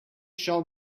shall